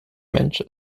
mensch